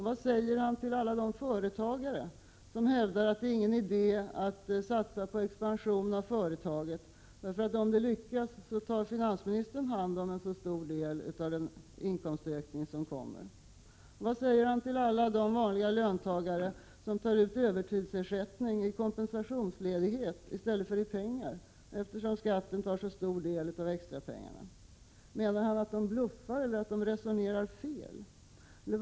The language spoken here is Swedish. Vad säger han till alla de företagare som hävdar att det inte är någon idé att satsa på expansion av företaget, eftersom finansministern tar hand om en så stor del av den inkomstökning som blir följden om det hela lyckas? Vad säger han till alla de vanliga löntagare som tar ut övertidsersättning i kompensationsledighet i stället för i pengar på grund av att skatten tar så stor del av extrapengarna? Anser han att de bluffar eller att de resonerar fel?